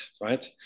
right